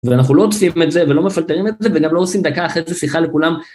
ואנחנו לא עושים את זה ולא מפטרים את זה וגם לא עושים דקה אחרי זה שיחה לכולם.